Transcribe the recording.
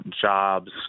jobs